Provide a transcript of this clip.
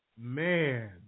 Man